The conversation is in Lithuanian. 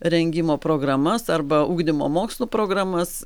rengimo programas arba ugdymo mokslų programas